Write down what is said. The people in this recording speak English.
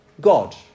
God